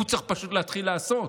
הוא צריך פשוט להתחיל לעשות,